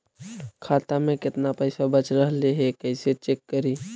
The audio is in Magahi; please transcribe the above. खाता में केतना पैसा बच रहले हे कैसे चेक करी?